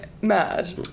mad